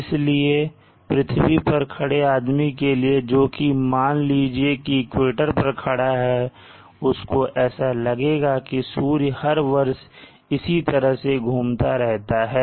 इसलिए पृथ्वी पर खड़े आदमी के लिए जोकि मान लीजिए इक्वेटर पर खड़ा है उसको ऐसा लगेगा की सूर्य हर वर्ष इस तरह से घूमता रहता है